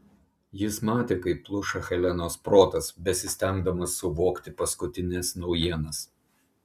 jis matė kaip pluša helenos protas besistengdamas suvokti paskutines naujienas